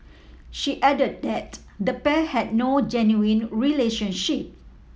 she added that the pair had no genuine relationship